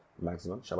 maximum